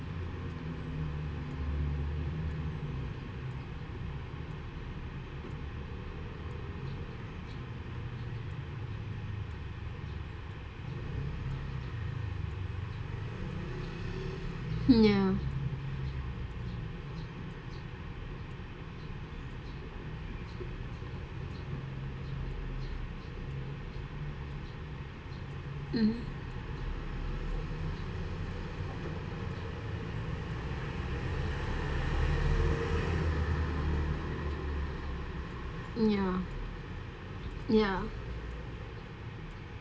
ya mm ya ya